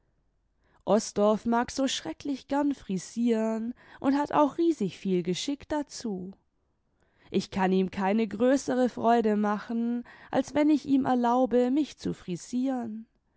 osdorff mag so schrecklich gern frisieren und hat auch riesig viel geschick dazu ich kann ihm keine größere freude machen als wenn ich ihm erlaube mich zu frisiereh